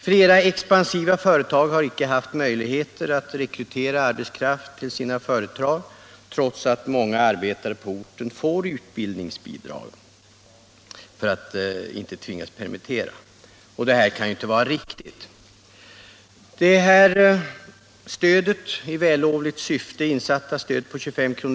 Flera expansiva företag har icke haft möjligheter att rekrytera arbetskraft, medan andra företag på orten får utbildningsbidrag för många arbetare för att inte tvingas permittera dem. Det kan ju inte vara riktigt. Det i vällovligt syfte insatta stödet på 25 kr.